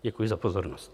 Děkuji za pozornost.